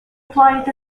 played